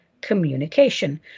communication